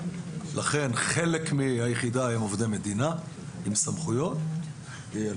ולכן חלק מהיחידה היום הם עובדי מדינה עם סמכויות ועל